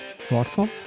thoughtful